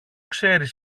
ξέρεις